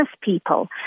people